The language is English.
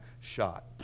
shot